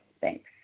Thanks